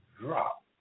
drop